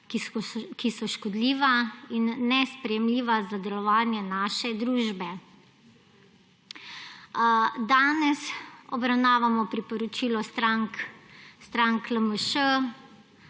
ki so škodljiva in nesprejemljiva za delovanje naše družbe. Danes obravnavamo priporočilo strank LMŠ,